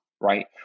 right